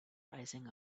rising